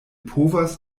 povas